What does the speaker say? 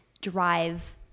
drive